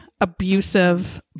abusive